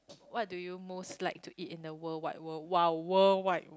what do you most like to eat in the worldwide world !wow! worldwide